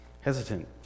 hesitant